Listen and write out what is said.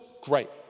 Great